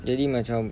they didn't